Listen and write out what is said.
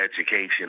education